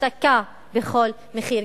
השתקה בכל מחיר.